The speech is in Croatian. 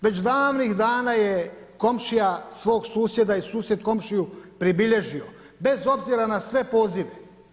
Već davnih dana je komšija svog susjeda i susjed komšiju pribilježio bez obzira na sve pozive.